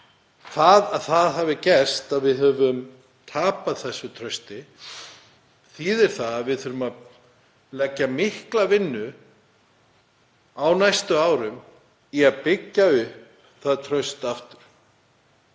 hefur það gerst að við höfum tapað þessu trausti og það þýðir að við þurfum að leggja mikla vinnu á næstu árum í að byggja það traust upp aftur.